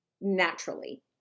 naturally